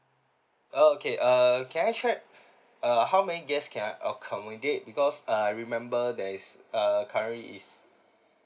oh okay err can I check uh how many guests can I accommodate because I remember there is uh currently is